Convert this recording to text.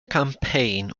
campaign